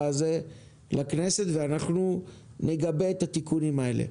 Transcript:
הזה לכנסת ואנחנו נגבה את התיקונים האלה.